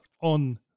on